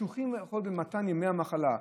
קשוחים במתן ימי המחלה,